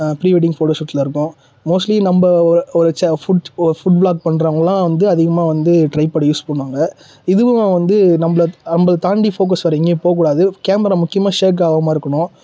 pre wedding ஃபோட்டோஷூட்ஸில் இருக்கும் mostly நம்ம ஒரு ச்ச ஃபுட் ஒரு ஃபுட் வ்ளாக் பண்ணுறவங்களாம் வந்து அதிகமாக வந்து ட்ரைபேட் யூஸ் பண்ணுவாங்க இதுவும் வந்து நம்மள நம்மள தாண்டி ஃபோகஸ் வேறு எங்கேயும் போகக்கூடாது கேமரா முக்கியமாக ஷேக் ஆகாம இருக்கணும்